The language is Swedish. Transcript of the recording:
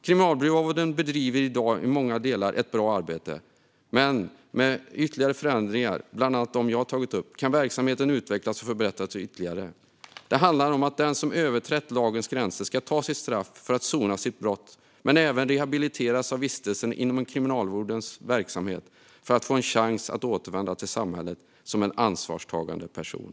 Kriminalvården bedriver i dag i många delar ett bra arbete. Men med ytterligare förändringar, bland annat de som jag har tagit upp, kan verksamheten utvecklas och förbättras ytterligare. Det handlar om att den som har överträtt lagens gränser ska ta sitt straff för att sona sitt brott men även rehabiliteras av vistelsen inom kriminalvårdens verksamhet för att få en chans att återvända till samhället som en ansvarstagande person.